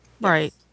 Right